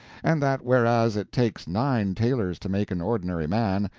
and that whereas it takes nine tailors to make an ordinary man,